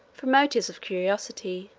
from motives of curiosity.